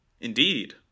Indeed